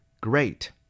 Great